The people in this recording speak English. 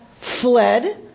fled